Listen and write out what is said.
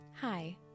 Hi